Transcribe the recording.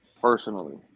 personally